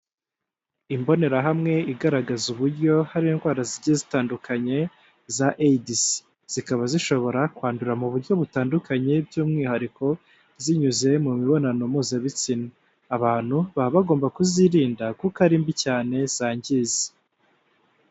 Imbonerahamwe igaragaza uburyo hari indwara zigiye zitandukanye za AIDS, zikaba zishobora kwandura mu buryo butandukanye by'umwihariko zinyuze mu mibonano mpuza bitsina, abantu baba bagomba kuzirinda kuko ari mbi cyane zangiza.